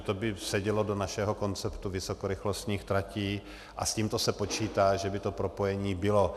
To by sedělo do našeho konceptu vysokorychlostních tratí a s tímto se počítá, že by to propojení bylo.